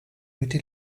mitte